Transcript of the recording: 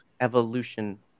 evolution